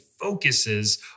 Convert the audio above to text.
focuses